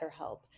BetterHelp